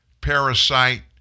parasite